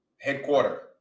headquarter